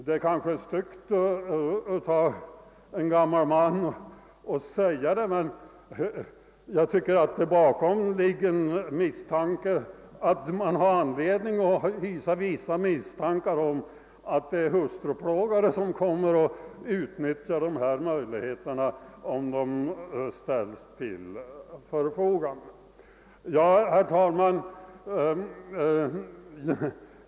Det kanske är styggt av en gammal man att säga det, men jag tycker att man har anledning hysa vissa misstankar om att det är hustruplågare som kommer att utnyttja dessa möjligheter, om de ställs till förfogande. Herr talman!